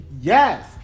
yes